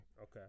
Okay